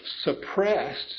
suppressed